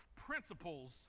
principles